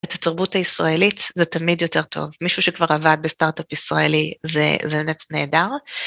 התרבות הישראלית זה תמיד יותר טוב, מישהו שכבר עבד בסטארט-אפ ישראלי זה באמת נהדר.